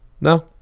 no